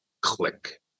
click